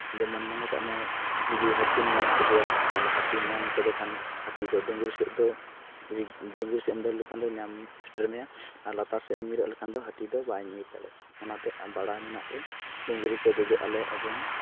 ᱡᱮᱢᱚᱱ ᱢᱚᱱᱮ ᱠᱟᱜ ᱢᱮ ᱡᱩᱫᱤ ᱦᱟᱹᱛᱤᱢ ᱧᱟᱢ ᱠᱮᱫᱮᱭᱟ ᱛᱟᱦᱚᱞᱮ ᱦᱟᱹᱛᱤᱢ ᱧᱟᱢ ᱠᱮᱫᱮ ᱠᱷᱟᱱ ᱦᱟᱹᱛᱤ ᱫᱚ ᱰᱩᱝᱨᱤ ᱥᱮᱫ ᱫᱚ ᱰᱩᱝᱨᱤ ᱥᱮᱫ ᱮᱢ ᱫᱟᱹᱲ ᱞᱮᱠᱷᱟᱱ ᱫᱚ ᱧᱟᱢ ᱥᱮᱴᱮᱨ ᱢᱮᱭᱟ ᱟᱨ ᱞᱟᱛᱟᱨ ᱥᱮᱫ ᱮᱢ ᱧᱤᱨᱟᱜ ᱞᱮᱠᱷᱟᱱ ᱫᱚ ᱦᱟᱹᱛᱤ ᱫᱚ ᱵᱟᱭ ᱧᱤᱨ ᱫᱟᱲᱮᱭᱟᱜᱼᱟ ᱚᱱᱟᱛᱮ ᱵᱟᱲᱟᱭ ᱢᱮᱱᱟᱜ ᱛᱮ ᱰᱩᱝᱨᱤ ᱠᱚ ᱫᱮᱡᱚᱜ ᱟᱞᱮ ᱮᱵᱚᱝ